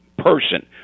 person